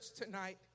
tonight